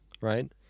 right